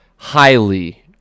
Highly